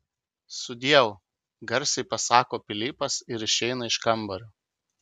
sudieu garsiai pasako pilypas ir išeina iš kambario